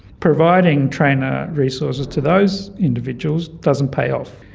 providing trainer resources to those individuals doesn't pay off.